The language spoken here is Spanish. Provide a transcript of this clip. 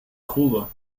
jugo